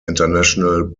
international